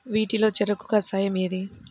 వీటిలో చెరకు కషాయం ఏది?